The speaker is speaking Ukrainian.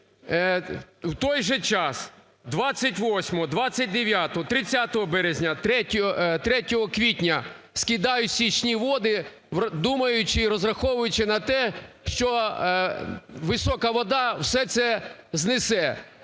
В той же час 28, 29, 30 березня, 3 квітня скидають стічні води, думаючи і розраховуючи на те, що висока вода все це знесене.